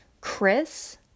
Chris